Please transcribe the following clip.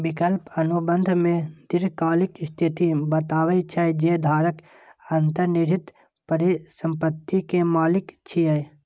विकल्प अनुबंध मे दीर्घकालिक स्थिति बतबै छै, जे धारक अंतर्निहित परिसंपत्ति के मालिक छियै